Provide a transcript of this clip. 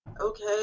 okay